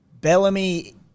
Bellamy